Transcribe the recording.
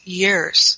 years